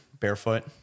Barefoot